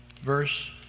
Verse